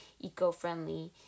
eco-friendly